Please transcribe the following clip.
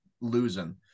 losing